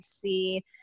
see